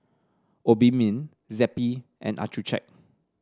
Obimin Zappy and Accucheck